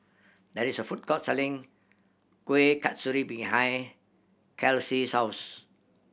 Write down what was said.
there is a food court selling Kuih Kasturi behind Kelsea's house